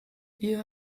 ihr